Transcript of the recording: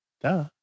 Duh